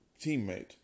teammate